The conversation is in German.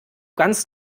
ganz